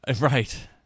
Right